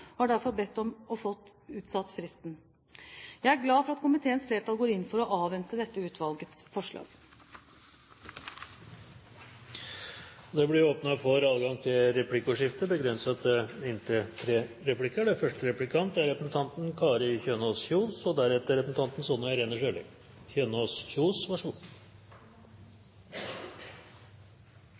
og har derfor bedt om, og fått, utsatt fristen. Jeg er glad for at komiteens flertall går inn for å avvente dette utvalgets forslag. Det blir åpnet for replikkordskifte. I innlegget mitt hadde jeg et eksempel med en mor som hadde én erklæring fra primærhelsetjenesten og én fra spesialisthelsetjenesten, som begge konkluderer med at skade og